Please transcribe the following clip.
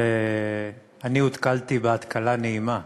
ואני הותקלתי בהתקלה נעימה,